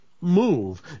move